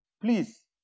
Please